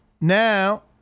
now